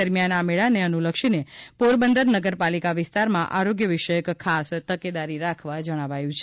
દરમિયાન આ મેળાને અનુલક્ષીને પોરબંદર નગરપાલિકા વિસ્તારમાં આરોગ્યવિષયક ખાસ તકેદારી રાખવા જણાવ્યું છે